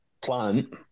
plant